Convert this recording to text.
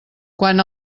quan